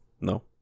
No